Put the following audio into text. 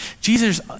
Jesus